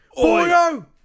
Boyo